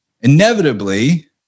Inevitably